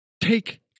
Take